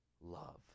love